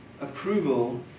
approval